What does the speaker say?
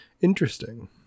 interesting